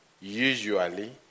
Usually